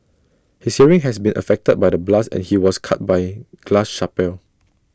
his hearing has been affected by the blast and he was cut by glass shrapnel